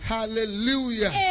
Hallelujah